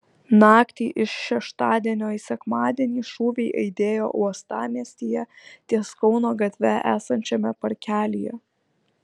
naktį iš šeštadienio į sekmadienį šūviai aidėjo uostamiestyje ties kauno gatve esančiame parkelyje